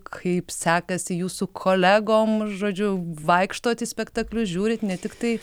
kaip sekasi jūsų kolegom žodžiu vaikštot į spektaklius žiūrit ne tiktai